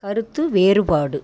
கருத்து வேறுபாடு